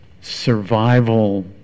survival